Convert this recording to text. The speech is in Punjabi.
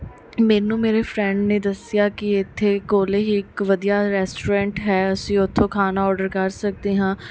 ਮੈਨੂੰ ਮੇਰੇ ਫਰੈਂਡ ਨੇ ਦੱਸਿਆ ਕਿ ਇੱਥੇ ਕੋਲੇ ਹੀ ਇੱਕ ਵਧੀਆ ਰੈਸਟੋਰੈਂਟ ਹੈ ਅਸੀਂ ਉਥੋਂ ਖਾਣਾ ਆਰਡਰ ਕਰ ਸਕਦੇ ਹਾਂ